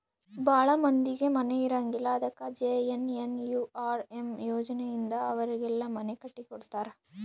ಭಾಳ ಮಂದಿಗೆ ಮನೆ ಇರಂಗಿಲ್ಲ ಅದಕ ಜೆ.ಎನ್.ಎನ್.ಯು.ಆರ್.ಎಮ್ ಯೋಜನೆ ಇಂದ ಅವರಿಗೆಲ್ಲ ಮನೆ ಕಟ್ಟಿ ಕೊಡ್ತಾರ